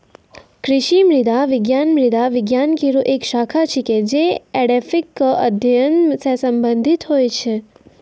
कृषि मृदा विज्ञान मृदा विज्ञान केरो एक शाखा छिकै, जे एडेफिक क अध्ययन सें संबंधित होय छै